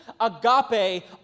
agape